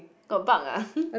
got bug ah